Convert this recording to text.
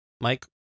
Mike